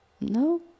no